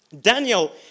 Daniel